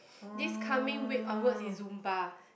this coming week onwards is Zumba